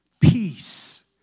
peace